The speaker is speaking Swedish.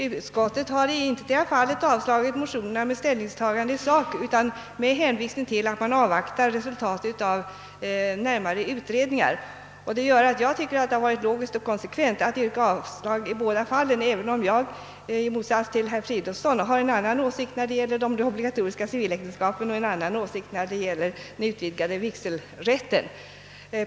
Utskottet har i intetdera fallet tagit ställning i sak till motionerna utan avstyrkt dem med hänvisning till att man vill avvakta resultatet av pågående utredning.. Jag tycker därför att det är riktigt och konsekvent att yrka avslag i båda fallen, trots att jag i ena fallet i sak anser att motionsyrkandet är riktigt och i det andra fallet att motionen borde avslås.